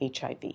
HIV